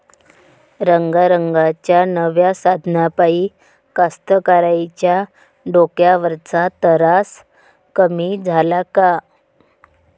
रंगारंगाच्या नव्या साधनाइपाई कास्तकाराइच्या डोक्यावरचा तरास कमी झाला का?